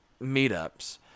meetups